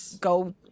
go